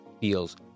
feels